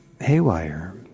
haywire